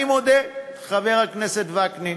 אני מודה, חבר הכנסת וקנין,